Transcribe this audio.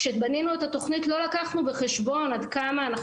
כשבנינו את התכנית לא לקחנו בחשבון עד כמה אנחנו